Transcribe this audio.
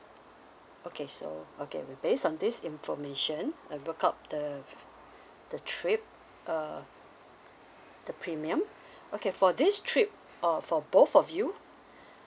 okay so okay we base on this information and work out the the trip uh the premium okay for this trip uh for both of you